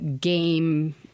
game